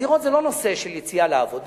הדירות זה לא נושא של יציאה לעבודה.